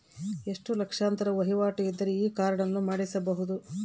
ಎಷ್ಟು ಲಕ್ಷಾಂತರ ವಹಿವಾಟು ಇದ್ದರೆ ನಾವು ಈ ಕಾರ್ಡ್ ಮಾಡಿಸಬಹುದು?